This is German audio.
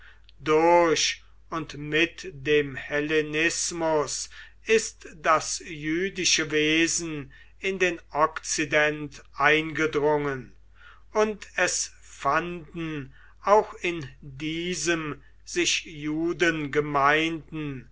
durch und mit dem hellenismus ist das jüdische wesen in den okzident eingedrungen und es fanden auch in diesem sich